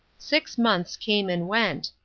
six months came and went.